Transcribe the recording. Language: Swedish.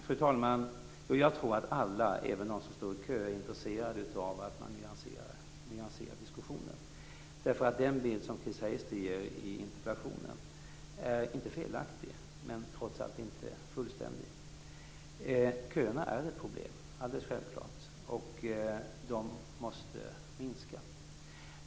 Fru talman! Jag tror att alla, även de som står i kö, är intresserade av att man nyanserar diskussionen. Den bild som Chris Heister ger i interpellationen är inte felaktig, men trots allt inte fullständig. Köerna är självklart ett problem, och de måste minska.